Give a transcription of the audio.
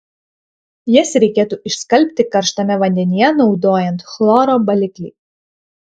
jas reikėtų išskalbti karštame vandenyje naudojant chloro baliklį